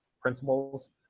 principles